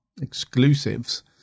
exclusives